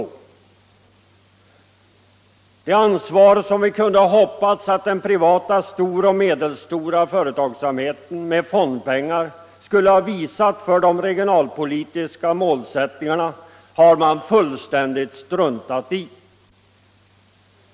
Det ansvar för de regionalpolitiska målsättningarna som vi kunde ha hoppats att de privata stora och medelstora företagen med fondpengar skulle ha visat har man fullständigt struntat i.